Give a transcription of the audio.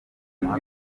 bikaba